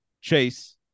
Chase